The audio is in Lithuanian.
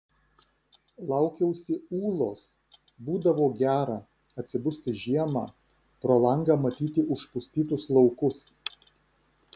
laukiausi ūlos būdavo gera atsibusti žiemą pro langą matyti užpustytus laukus